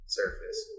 surface